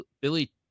Billy